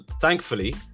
Thankfully